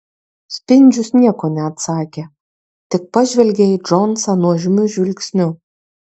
spindžius nieko neatsakė tik pažvelgė į džonsą nuožmiu žvilgsniu